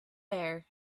there